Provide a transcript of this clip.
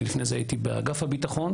לפני זה הייתי באגף הביטחון,